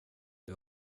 det